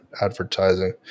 advertising